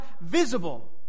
visible